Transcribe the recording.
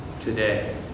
today